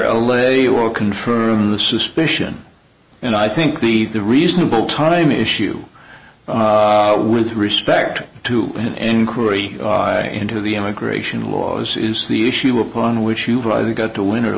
lead or confirm the suspicion and i think the the reasonable time issue with respect to an inquiry into the immigration laws is the issue upon which you've either got to win or